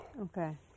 Okay